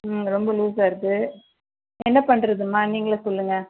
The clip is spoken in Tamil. ம் ரொம்ப லூசாக இருக்குது என்ன பண்ணுறதும்மா நீங்களே சொல்லுங்கள்